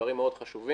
ודברים מאוד חשובים,